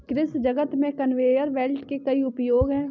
कृषि जगत में कन्वेयर बेल्ट के कई उपयोग हैं